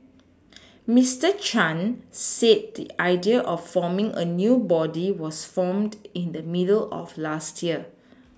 Mister Chan said the idea of forming a new body was formed in the middle of last year